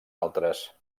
altres